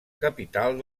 capital